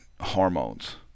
hormones